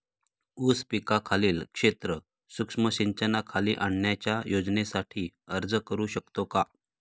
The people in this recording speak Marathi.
ऊस पिकाखालील क्षेत्र सूक्ष्म सिंचनाखाली आणण्याच्या योजनेसाठी अर्ज करू शकतो का?